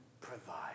provide